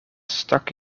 stak